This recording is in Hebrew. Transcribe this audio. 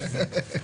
בבקשה.